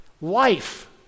Life